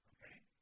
Okay